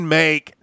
make